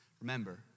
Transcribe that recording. Remember